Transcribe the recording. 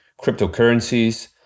cryptocurrencies